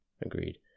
agreed